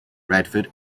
radford